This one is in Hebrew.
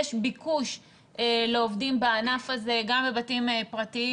יש ביקוש לעובדים בענף הזה גם בבתים פרטיים